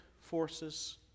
forces